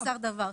יחסר דבר.